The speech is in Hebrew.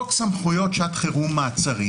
חוק סמכויות שעת חירום מעצרים,